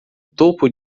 topo